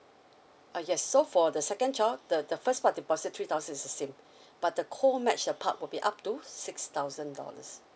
uh yes so for the second child the the first part deposit three thousands is the same but the co match that part would be up to six thousand dollars